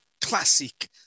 classic